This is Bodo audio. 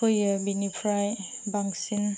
फोयो बिनिफ्राय बांसिन